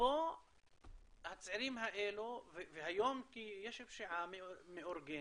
הצעירים האלה, והיום יש פשיעה מאורגנת,